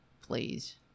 please